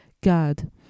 God